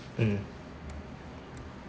mm